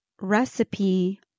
recipe